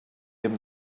amb